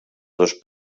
dos